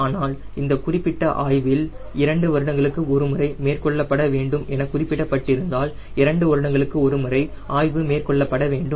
ஆனால் இந்த குறிப்பிட்ட ஆய்வில் இரண்டு வருடங்களுக்கு ஒரு முறை மேற்கொள்ளப்பட வேண்டும் எனக் குறிப்பிடப்பட்டிருந்தால் இரண்டு வருடங்களுக்கு ஒரு முறை ஆய்வு மேற்கொள்ளப்பட வேண்டும்